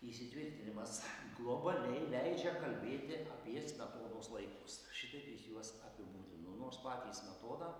įsitvirtinimas globaliai leidžia kalbėti apie smetonos laikus šitaip jis juos apibūdino nors patį smetoną